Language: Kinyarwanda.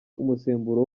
umusemburo